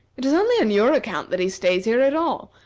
it is only on your account that he stays here at all,